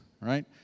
right